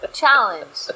challenge